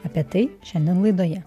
apie tai šiandien laidoje